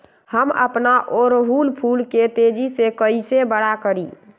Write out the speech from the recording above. हम अपना ओरहूल फूल के तेजी से कई से बड़ा करी?